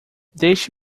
deixe